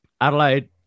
Adelaide